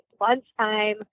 lunchtime